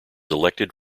elected